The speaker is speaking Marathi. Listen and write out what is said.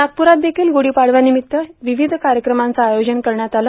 नागप्ररात देखील गुढीपाडव्या निमित्त शहरात विविध कार्यक्रमांचं आयोजन करण्यात आलं